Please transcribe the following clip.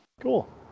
Cool